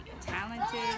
talented